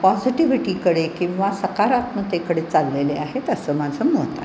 पॉझिटिव्हिटीकडे किंवा सकारात्मकेकडे चाललेले आहेत असं माझं मत आहे